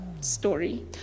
story